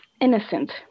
innocent